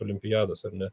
olimpiados ar ne